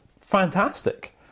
Fantastic